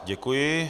Děkuji.